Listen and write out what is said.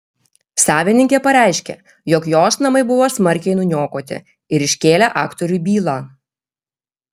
savininkė pareiškė jog jos namai buvo smarkiai nuniokoti ir iškėlė aktoriui bylą